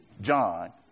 John